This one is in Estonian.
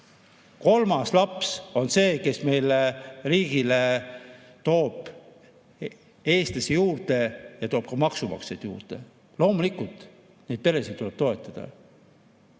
Kolmas laps on see, kes meie riigile toob eestlasi juurde ja toob ka maksumaksjaid juurde. Loomulikult tuleb neid peresid toetada,